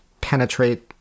penetrate